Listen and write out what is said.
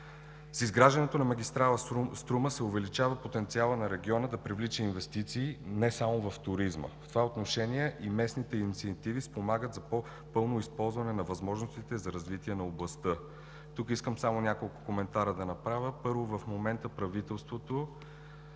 С изграждането на магистрала „Струма“ се увеличава потенциалът на региона да привлича инвестиции не само в туризма. В това отношение и местните инициативи спомагат за по-пълно използване на възможностите за развитие на областта. Тук искам да направя само няколко коментара. Първо, в момента като